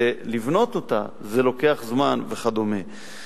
לבנות אותה לוקח זמן וכדומה.